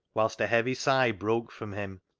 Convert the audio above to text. whilst a heavy sigh broke from him.